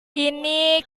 ini